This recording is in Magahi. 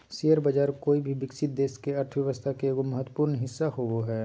शेयर बाज़ार कोय भी विकसित देश के अर्थ्व्यवस्था के एगो महत्वपूर्ण हिस्सा होबो हइ